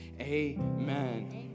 amen